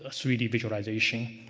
ah three d visualization.